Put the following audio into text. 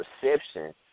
perception